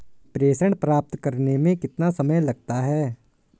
प्रेषण प्राप्त करने में कितना समय लगता है?